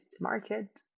market